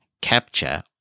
capture